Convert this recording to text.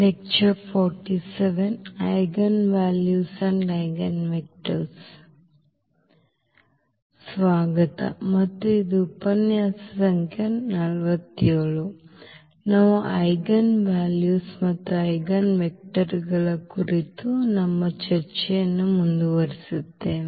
ಮರಳಿ ಸ್ವಾಗತ ಮತ್ತು ಇದು ಉಪನ್ಯಾಸ ಸಂಖ್ಯೆ 47 ನಾವು ಐಜೆನ್ ವ್ಯಾಲ್ಯೂಸ್ ಮತ್ತು ಐಜೆನ್ವೆಕ್ಟರ್ಗಳ ಕುರಿತು ನಮ್ಮ ಚರ್ಚೆಯನ್ನು ಮುಂದುವರಿಸುತ್ತೇವೆ